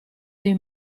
dei